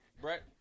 Brett